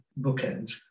bookends